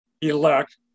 elect